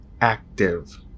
active